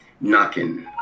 knocking